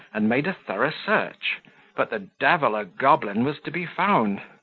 and made a thorough search but the devil a goblin was to be found.